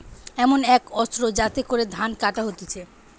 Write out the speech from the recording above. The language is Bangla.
এমন এক অস্ত্র যাতে করে ধান কাটা হতিছে